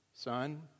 Son